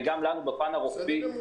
וגם לנו בפן הרוחבי.